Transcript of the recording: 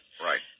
right